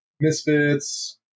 misfits